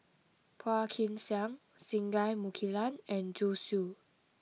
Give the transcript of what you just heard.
Phua Kin Siang Singai Mukilan and Zhu Xu